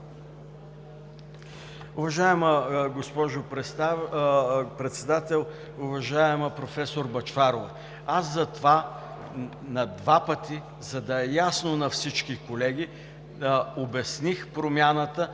Уважаема госпожо Председател, уважаема проф. Бъчварова! Два пъти, за да е ясно на всички колеги, обясних промяната